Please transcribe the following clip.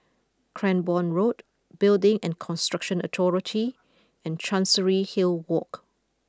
Cranborne Road Building and Construction Authority and Chancery Hill Walk